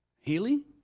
healing